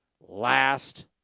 last